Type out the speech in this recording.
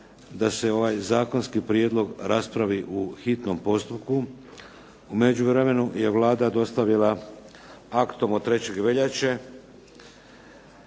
da se ovaj zakonski prijedlog raspravi u hitnom postupku. U međuvremenu je Vlada dostavila aktom od 3. veljače,